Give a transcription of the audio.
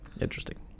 Interesting